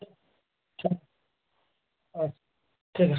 আচ্ছা ঠিক আছে